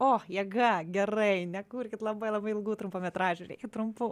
o jėga gerai nekurkit labai labai ilgų trumpametražių reikia trumpų